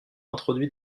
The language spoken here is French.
introduit